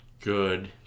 good